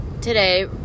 today